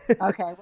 Okay